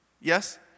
yes